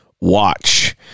watch